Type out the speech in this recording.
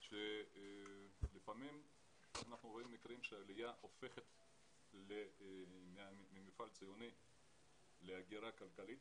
כאשר העלייה הופכת ממפעל ציוני להגירה כלכלית.